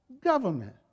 government